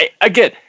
Again